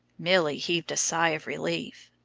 milly heaved a sigh of relief.